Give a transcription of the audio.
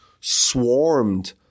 swarmed